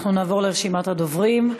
אנחנו נעבור לרשימת הדוברים.